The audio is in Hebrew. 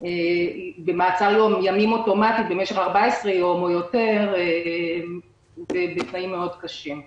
במעצר ימים אוטומטית במשך 14 יום או יותר ובתנאים קשים מאוד.